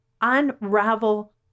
unravel